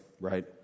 Right